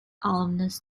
alumnus